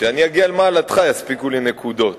כשאני אגיע למעלתך יספיקו לי נקודות.